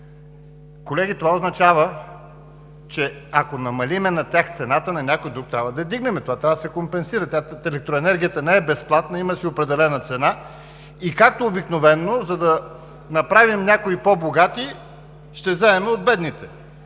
Колеги, това означава, че ако намалим на тях цената, на някой друг трябва да я вдигнем. Това трябва да се компенсира. Електроенергията не е безплатна, има си определена цена. И както обикновено, за да направим някои по-богати, ще вземем от бедните,